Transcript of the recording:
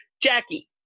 Jackie